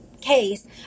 case